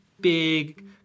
big